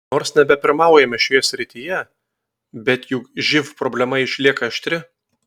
nors nebepirmaujame šioje srityje bet juk živ problema išlieka aštri